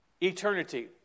Eternity